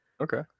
Okay